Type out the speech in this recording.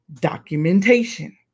documentation